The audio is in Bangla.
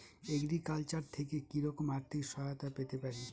এগ্রিকালচার থেকে কি রকম আর্থিক সহায়তা পেতে পারি?